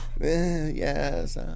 yes